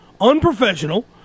unprofessional